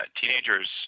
teenagers